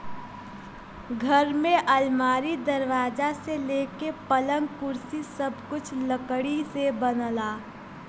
घर में अलमारी, दरवाजा से लेके पलंग, कुर्सी सब कुछ लकड़ी से बनला